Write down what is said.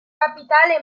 capitale